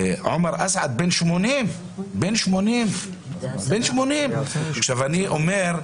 עומר אסעד בן 80, עשיו אני אומר,